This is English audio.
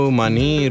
money